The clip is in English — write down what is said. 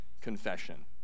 confession